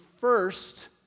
first